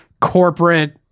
corporate